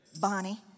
Bonnie